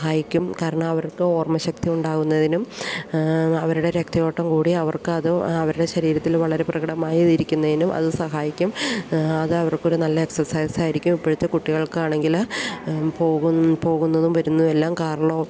കാരണം അവർക്ക് ഓർമ്മശക്തി ഉണ്ടാകുന്നതിനും അവരുടെ രക്തയോട്ടം കൂടി അവർക്ക് അത് അവരുടെ ശരീരത്തിൽ വളരെ പ്രകടമായിരിക്കുന്നതിനും അതു സഹായിക്കും അത് അവർക്കൊരു നല്ല എക്സസൈസ് ആയിരിക്കും ഇപ്പോഴത്തെ കുട്ടികൾക്കാണെങ്കില് പോകുന്നതും വരുന്നതുമെല്ലാം കാറിലോ ബസിലോ